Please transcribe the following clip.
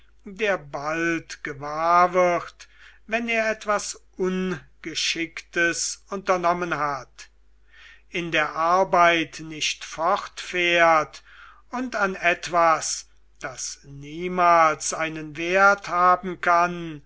der bald gewahr wird wenn er etwas ungeschicktes unternommen hat in der arbeit nicht fortfährt und an etwas das niemals einen wert haben kann